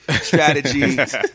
strategies